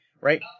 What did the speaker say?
right